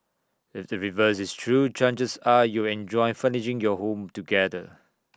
if the reverse is true chances are you'll enjoy furnishing your home together